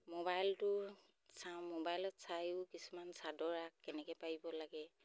মোবাইলটো চাওঁ মোবাইলত চায়ো কিছুমান চাদৰ আগ কেনেকৈ পাৰিব লাগে